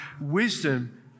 wisdom